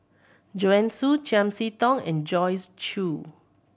Joanne Soo Chiam See Tong and Joyce Jue